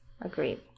Agreed